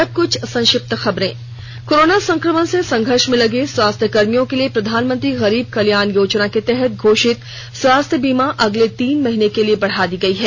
और संक्षिप्त खबरें कोरोना संक्रमण से संषर्घ में लगे स्वास्थ्य कर्मियों के लिए प्रधानमंत्री गरीब कल्याण योजना के तहत घोषित स्वास्थ्य बीमा अगले तीन महीने के लिए बढ़ा दी गयी है